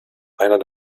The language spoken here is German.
einer